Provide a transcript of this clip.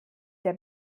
der